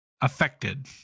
affected